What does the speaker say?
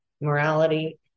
Morality